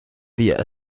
wir